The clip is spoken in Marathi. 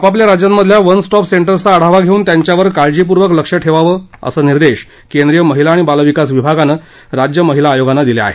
आपापल्या राज्यांमधल्या वन स्टॉप सेंटर्स चा आढावा घेऊन त्यांच्यावर काळजीपूर्वक लक्षं ठेवावं असे निर्देश केंद्रीय महिला आणि बालविकास विभागानं राज्य महिला आयोगांना दिले आहेत